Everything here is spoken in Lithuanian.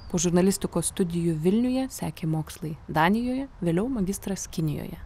po žurnalistikos studijų vilniuje sekė mokslai danijoje vėliau magistras kinijoje